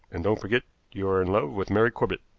and don't forget you are in love with mary corbett.